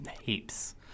heaps